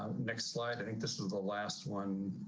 next slide. i think this is the last one.